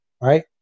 Right